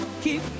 Keep